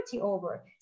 over